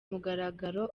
mugaragaro